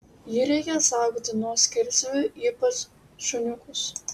jį reikia saugoti nuo skersvėjų ypač šuniukus